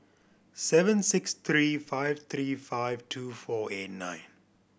seven six three five three five two four eight nine